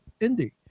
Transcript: indie